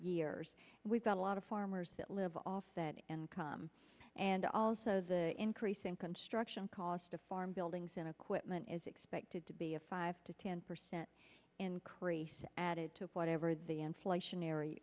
years we've got a lot of farmers that live off that income and and also the increase in construction cost of farm buildings and equipment is expected to be a five to ten percent increase added to whatever the inflationary